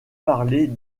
parler